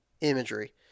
imagery